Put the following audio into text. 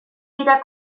dira